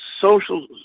social